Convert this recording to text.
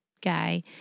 guy